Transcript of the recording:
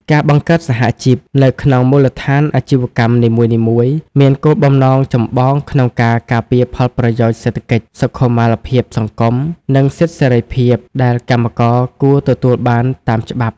ការបង្កើតសហជីពនៅក្នុងមូលដ្ឋានអាជីវកម្មនីមួយៗ មានគោលបំណងចម្បងក្នុងការការពារផលប្រយោជន៍សេដ្ឋកិច្ច សុខុមាលភាពសង្គម និងសិទ្ធិសេរីភាពដែលកម្មករគួរទទួលបានតាមច្បាប់។